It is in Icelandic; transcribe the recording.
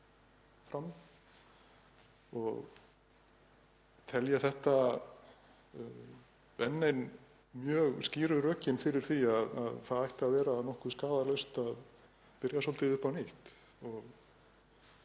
Ég tel þetta enn ein mjög skýru rökin fyrir því að það ætti að vera nokkuð skaðlaust að byrja svolítið upp á nýtt.